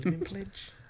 pledge